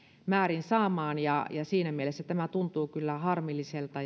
määrin saamaan siinä mielessä tämä tuntuu kyllä harmilliselta